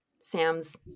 Sam's